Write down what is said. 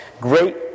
great